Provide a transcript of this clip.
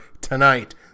tonight